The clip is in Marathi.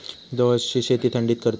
जवसची शेती थंडीत करतत